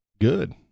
good